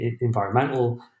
environmental